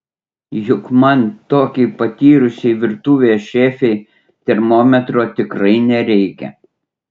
juk man tokiai patyrusiai virtuvės šefei termometro tikrai nereikia